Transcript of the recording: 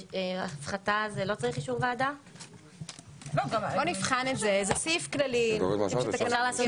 אבל היא נבדקת טרם אריזתה לשיווק.